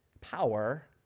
power